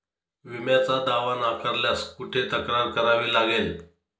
विम्याचा दावा नाकारल्यास कुठे तक्रार करावी लागेल?